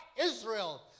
Israel